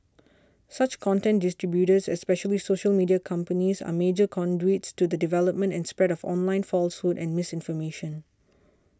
such content distributors especially social media companies are major conduits to the development and spread of online falsehoods and misinformation